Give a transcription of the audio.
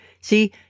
See